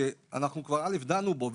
שכבר דנו בו,